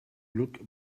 look